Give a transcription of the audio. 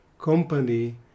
company